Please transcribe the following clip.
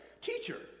teacher